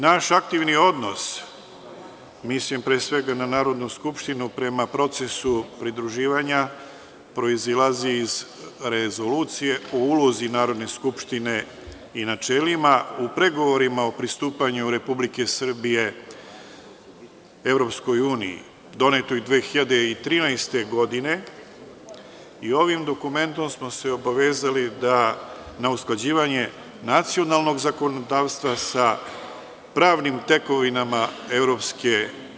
Naš aktivni odnos, mislim pre svega na Narodnu skupštinu prema procesu pridruživanja, proizilazi iz Rezolucije o ulozi Narodne skupštine i načelima u pregovorima o pristupanju Republike Srbije EU, donetoj 2013. godine i ovim dokumentom smo se obavezali na usklađivanje nacionalnog zakonodavstva sa pravnim tekovinama EU.